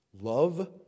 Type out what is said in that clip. love